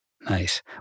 Nice